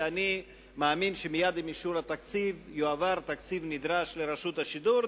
ואני מאמין שמייד עם אישור התקציב יועבר תקציב נדרש לרשות השידור.